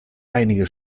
einige